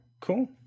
cool